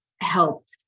helped